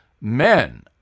men